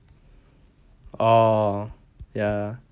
oh ya